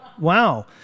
Wow